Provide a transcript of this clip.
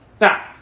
now